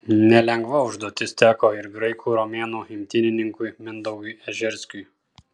nelengva užduotis teko ir graikų romėnų imtynininkui mindaugui ežerskiui